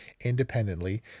independently